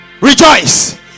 Rejoice